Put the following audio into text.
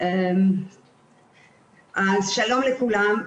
שלום לכולם.